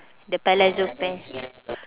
the palazzo pa~